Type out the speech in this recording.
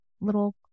little